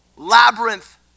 labyrinth